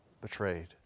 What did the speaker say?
betrayed